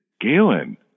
Galen